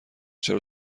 چرا